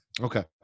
Okay